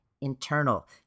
internal